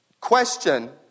question